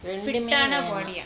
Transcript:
fit ஆன:ana body ah